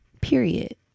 Period